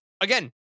again